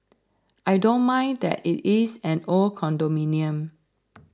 I don't mind that it is an old condominium